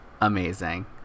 amazing